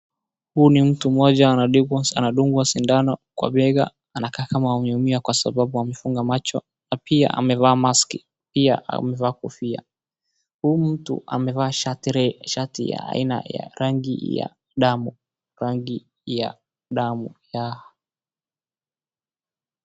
Huyu ni mtu mmoja anadungwa sindano kwa bega, anakaa kama ameumia kwasababu amefunga macho na pia amevaa maski, pia amevaa kofia, huyu mtu amevaa shati ya aina ya rangi ya damu.